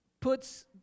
puts